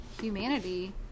humanity